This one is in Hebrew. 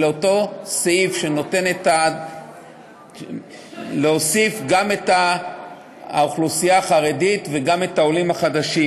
שלאותו סעיף יש להוסיף גם את האוכלוסייה החרדית וגם את העולים החדשים.